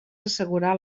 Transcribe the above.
assegurar